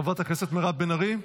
חברת הכנסת מירב בן ארי?